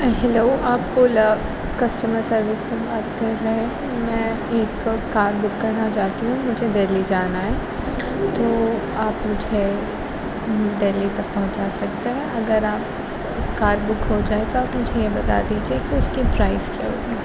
hello آپ Ola customer service سے بات کر رہے ہیں میں ایک کار بک کرنا چاہتی ہوں مجھے دہلی جانا ہے تو آپ مجھے دہلی تک پہنچا سکتے ہیں اگر آپ کار بک ہو جائے تو آپ مجھے یہ بتا دیجیے کہ اس کی پرائس کیا ہوگی